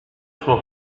suo